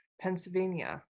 Pennsylvania